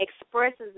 expresses